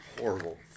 Horrible